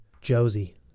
Josie